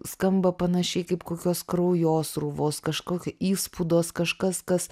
skamba panašiai kaip kokios kraujosruvos kažkokia įspūdos kažkas kas